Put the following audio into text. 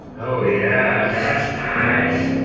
oh, yeah, that's nice.